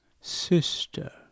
Sister